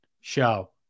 Show